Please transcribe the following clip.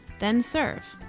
then serve.